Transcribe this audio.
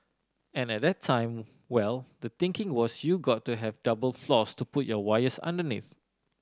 and at that time well the thinking was you got to have double floors to put your wires underneath